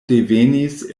devenis